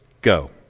Go